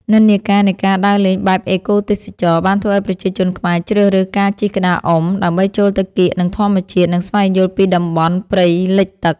និន្នាការនៃការដើរលេងបែបអេកូទេសចរណ៍ បានធ្វើឱ្យប្រជាជនខ្មែរជ្រើសរើសការជិះក្តារអុំ ដើម្បីចូលទៅកៀកនឹងធម្មជាតិ និងស្វែងយល់ពីតំបន់ព្រៃលិចទឹក។